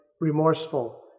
remorseful